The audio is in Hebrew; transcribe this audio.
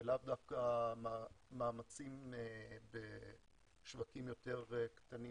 ולאו דווקא מאמצים בשווקים יותר קטנים